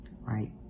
right